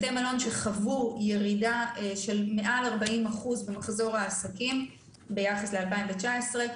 בתי מלון שחוו ירידה של מעל 40% במחזור העסקים ביחס ל-2019,